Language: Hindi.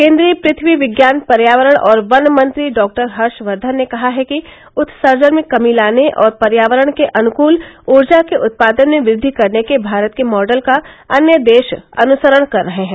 केन्द्रीय पृथ्वी विज्ञान पर्यावरण और वन मंत्री डॉक्टर हर्षक्धन ने कहा है कि उत्सर्जन में कमी लाने और पर्यावरण के अनुकूल ऊर्जा के उत्पादन में वृद्धि करने के भारत के मॉडल का अन्य देश अनुसरण कर रहे हैं